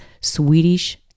Swedish